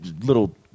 little